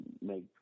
make